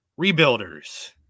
Rebuilders